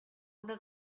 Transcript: una